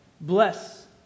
Bless